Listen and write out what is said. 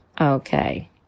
Okay